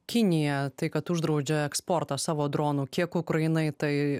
kinija tai kad uždraudžia eksportą savo dronų kiek ukrainai tai